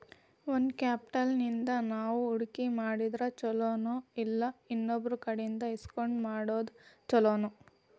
Own capital ಇಂದಾ ನಾವು ಹೂಡ್ಕಿ ಮಾಡಿದ್ರ ಛಲೊನೊಇಲ್ಲಾ ಇನ್ನೊಬ್ರಕಡೆ ಇಸ್ಕೊಂಡ್ ಮಾಡೊದ್ ಛೊಲೊನೊ?